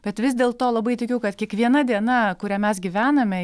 bet vis dėlto labai tikiu kad kiekviena diena kurią mes gyvename